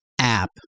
app